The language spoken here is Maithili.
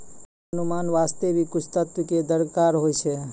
पुर्वानुमान वास्ते भी कुछ तथ्य कॅ दरकार होय छै